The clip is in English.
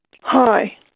Hi